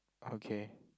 okay